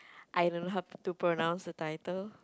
I don't know how to pronounce the title